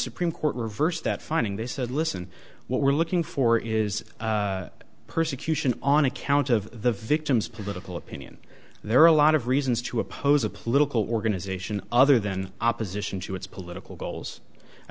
supreme court reversed that finding they said listen what we're looking for is persecution on account of the victim's political opinion there are a lot of reasons to oppose a political organization other than opposition to its political goals i